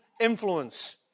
influence